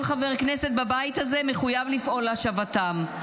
כל חבר כנסת בבית הזה מחויב לפעול להשבתם,